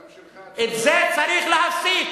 גם שלך, את זה צריך להפסיק.